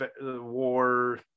war